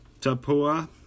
Tapua